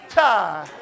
time